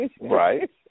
Right